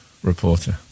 Reporter